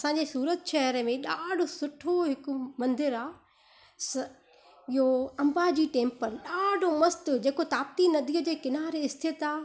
असांजे सूरत शहर में ॾाढो सुठो हिकु मंदर आहे स इहो अम्बा जी टेंपल ॾाढो मस्तु जेको तापती नदी जे किनारे स्थित आहे